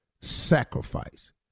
Sacrifice